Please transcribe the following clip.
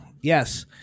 Yes